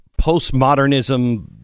postmodernism